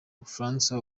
bufaransa